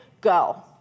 go